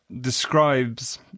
describes